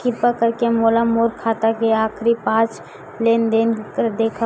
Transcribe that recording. किरपा करके मोला मोर खाता के आखिरी पांच लेन देन देखाव